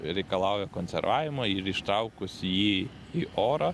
reikalauja konservavimo ir ištraukus jį į orą